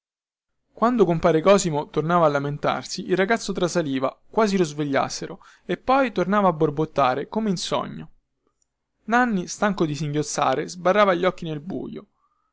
quando compare cosimo tornava a lamentarsi il ragazzo trasaliva quasi lo svegliassero e poi tornava a borbottare come in sogno nanni stanco di singhiozzare sbarrava gli occhi nel buio